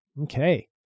Okay